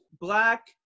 black